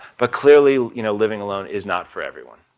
but clearly you know living alone is not for everyone.